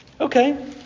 Okay